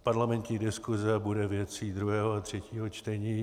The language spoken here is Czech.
Parlamentní diskuse bude věcí druhého a třetího čtení.